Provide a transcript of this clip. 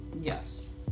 Yes